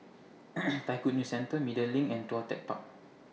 Thai Good News Centre Media LINK and Tuas Tech Park